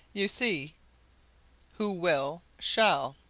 you see who will, shall.